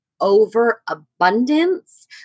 overabundance